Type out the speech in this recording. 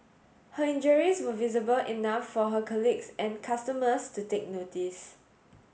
her injuries were visible enough for her colleagues and customers to take notice